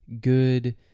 good